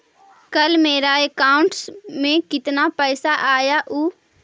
कल मेरा अकाउंटस में कितना पैसा आया ऊ?